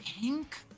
pink